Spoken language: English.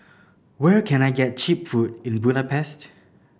where can I get cheap food in Budapest